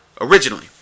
originally